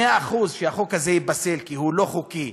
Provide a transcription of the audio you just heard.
מאה אחוז החוק הזה ייפסל, כי הוא לא חוקי,